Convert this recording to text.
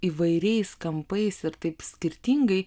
įvairiais kampais ir taip skirtingai